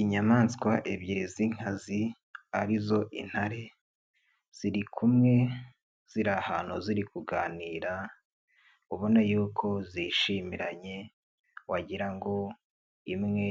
Inyamaswa ebyiri z'inkazi arizo intare, ziri kumwe ziri ahantu ziri kuganira, ubona yuko zishimiranye wagira ngo imwe